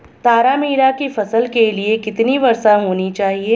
तारामीरा की फसल के लिए कितनी वर्षा होनी चाहिए?